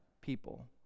people